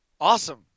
Awesome